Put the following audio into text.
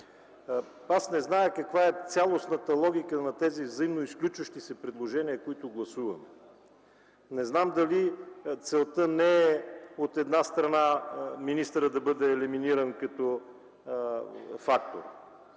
Не зная каква е цялостната логика на тези взаимно изключващи се предложения, които гласуваме? Не знам дали, от една страна, целта не е министърът да бъде елиминиран като фактор?